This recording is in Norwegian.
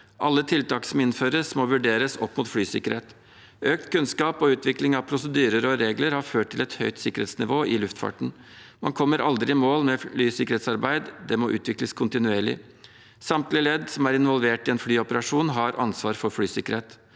Alle tiltak som innføres, må vurderes opp mot flysikkerhet. Økt kunnskap og utvikling av prosedyrer og regler har ført til et høyt sikkerhetsnivå i luftfarten. Man kommer aldri i mål med flysikkerhetsarbeid; det må utvikles kontinuerlig. Samtlige ledd som er involvert i en flyoperasjon, har ansvar for flysikkerhet.